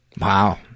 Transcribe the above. wow